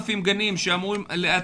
7,000 גנים שאמורים להתקין.